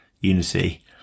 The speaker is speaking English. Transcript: unity